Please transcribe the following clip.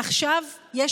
עכשיו יש